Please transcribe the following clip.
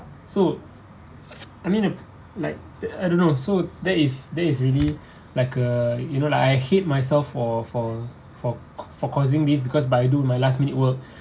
so I mean like the I don't know so there is that is really like a you know like I hate myself for for for for causing these because but I do my last minute work